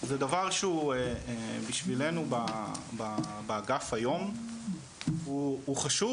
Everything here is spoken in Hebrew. זה דבר שהוא בשבילנו באגף היום הוא חשוב,